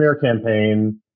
campaign